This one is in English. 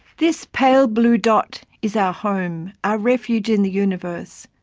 this pale blue dot is our home, our refuge in the universe.